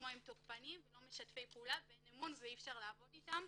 כמו: הם תוקפנים ולא משתפים פעולה ואין אמון ואי אפשר לעבוד איתם,